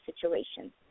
situation